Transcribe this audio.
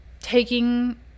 taking